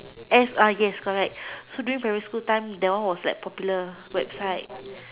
S uh yes correct so during primary school time that one was like popular website